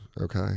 okay